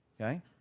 Okay